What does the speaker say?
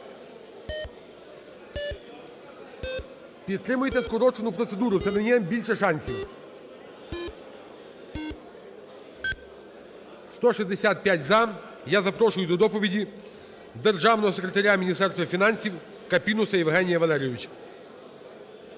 Підтримуйте скорочену процедуру, це дає нам більше шансів. 16:42:56 За-165 Я запрошую до доповіді Державного секретаря Міністерства фінансів Капінуса Євгенія Валерійовича.